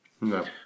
No